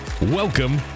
Welcome